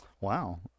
Wow